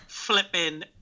Flipping